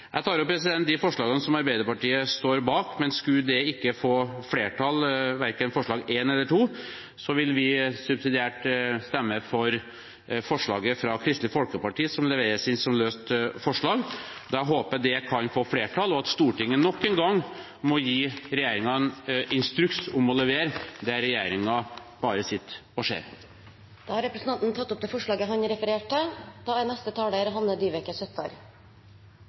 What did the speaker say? Jeg tar opp forslag 2, fra Arbeiderpartiet. Skulle verken det forslaget eller forslag nr. 1 få flertall, vil vi subsidiært stemme for forslaget fra Kristelig Folkeparti, som er levert inn som løst forslag. Jeg håper det kan få flertall, og at Stortinget nok en gang må gi regjeringen en instruks om å levere der regjeringen bare sitter og ser på. Da har representanten Arild Grande tatt opp det forslaget han refererte til. Når det er